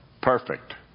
perfect